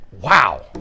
wow